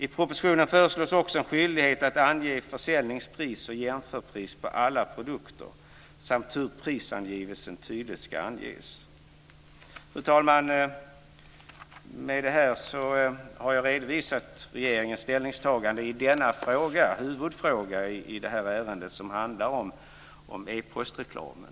I propositionen föreslås också en skyldighet att ange försäljningspris och jämförpris på alla produkter samt hur prisangivelsen tydligt ska anges. Fru talman! Med det här har jag redovisat regeringens ställningstagande i denna fråga, huvudfrågan i detta ärende som handlar om e-postreklamen.